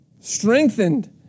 strengthened